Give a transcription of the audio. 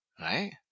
Right